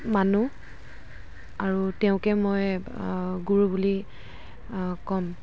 মানো আৰু তেওঁকে মই গুৰু বুলি ক'ম